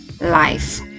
life